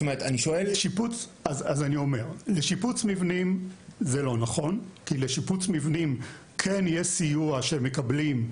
לשיפוץ מבנים זה לא נכון כי לשיפוץ מבנים כן יש סיוע שמקבלים,